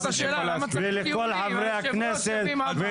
לכל חברי הכנסת,